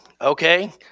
Okay